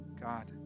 God